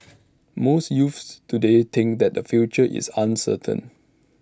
most youths today think that their future is uncertain